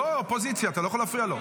הוא אופוזיציה, אתה לא יכול להפריע לו.